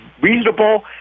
reasonable